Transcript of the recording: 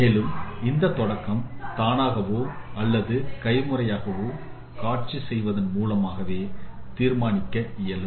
மேலும் இந்த தொடக்கம் தானாகவோ அல்லது கைமுறையாகவோ காட்சி செய்வதன் மூலமாகவே தீர்மானிக்க இயலும்